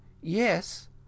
yes